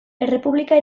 errepublika